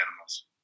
animals